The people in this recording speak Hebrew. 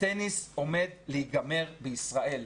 הטניס עומד להיגמר בישראל.